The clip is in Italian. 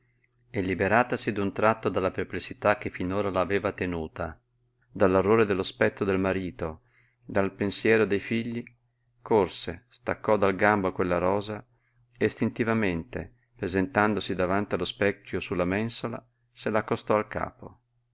e liberatasi d'un tratto dalla perplessità che finora la aveva tenuta dall'orrore dello spettro del marito dal pensiero dei figli corse staccò dal gambo quella rosa e istintivamente presentandosi davanti allo specchio su la mensola se la accostò al capo